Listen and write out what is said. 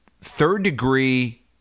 third-degree